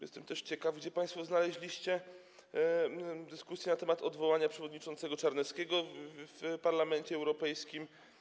Jestem też ciekaw, gdzie państwo znaleźliście dyskusję na temat odwołania przewodniczącego Czarneckiego w Parlamencie Europejskim.